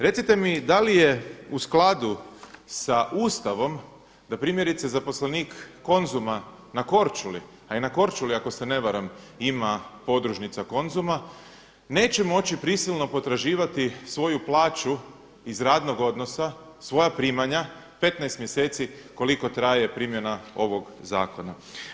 Recite mi da li je u skladu sa Ustavom da primjerice zaposlenik Konzuma na Korčuli, a i na Korčuli ako se ne varam ima podružnica Konzuma neće moći prisilno potraživati svoju plaću iz radnog odnosa, svoja primanja 15 mjeseci koliko traje primjena ovog zakona.